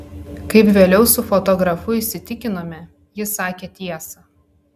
kaip vėliau su fotografu įsitikinome jis sakė tiesą